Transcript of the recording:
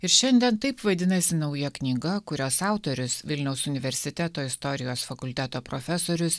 ir šiandien taip vadinasi nauja knyga kurios autorius vilniaus universiteto istorijos fakulteto profesorius